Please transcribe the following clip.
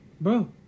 Bro